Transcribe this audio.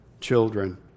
Children